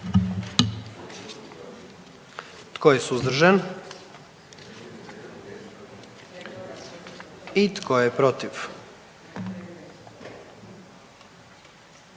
Tko je suzdržan? I tko je protiv?